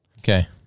Okay